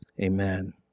Amen